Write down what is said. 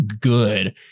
good